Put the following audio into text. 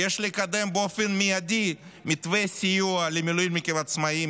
יש לקדם באופן מיידי מתווה סיוע למילואימניקים עצמאים,